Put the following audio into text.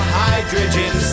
hydrogen